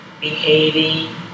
behaving